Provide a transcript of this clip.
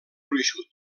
gruixut